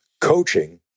coaching